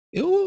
eu